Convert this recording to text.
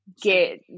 get